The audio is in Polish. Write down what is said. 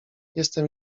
jestem